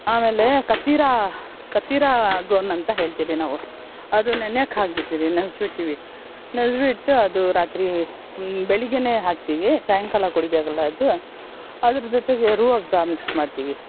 ಆಮೇಲೆ ಕತೀರಾ ಕತೀರಾ ಗೋನ್ ಅಂತ ಹೇಳ್ತೀವಿ ನಾವು ಅದು ನೆನೆಯೋಕೆ ಹಾಕಿ ಬಿಡ್ತೀವಿ ನೆನ್ಸಿ ಬಿಡ್ತೀವಿ ನೆನೆಸ್ಬಿಟ್ಟು ಅದು ರಾತ್ರಿ ಬೆಳಗ್ಗೆನೇ ಹಾಕ್ತೀವಿ ಸಾಯಂಕಾಲ ಕುಡಿಬೇಕಲ್ಲ ಅದು ಅದರ ಜೊತೆಗೆ ಮಿಕ್ಸ್ ಮಾಡ್ತೀವಿ